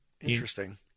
Interesting